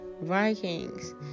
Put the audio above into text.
vikings